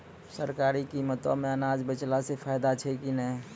सरकारी कीमतों मे अनाज बेचला से फायदा छै कि नैय?